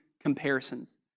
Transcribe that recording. comparisons